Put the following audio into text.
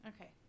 Okay